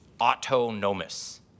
autonomous